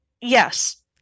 Yes